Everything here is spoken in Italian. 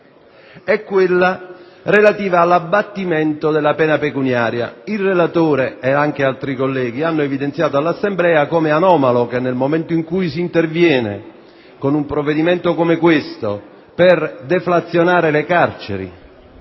è relativa all'abbattimento della pena pecuniaria; il relatore ed altri colleghi hanno evidenziato come sia anomalo, nel momento in cui si interviene con un provvedimento come questo, per deflazionare le carceri,